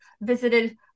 visited